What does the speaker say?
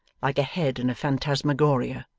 like a head in a phantasmagoria.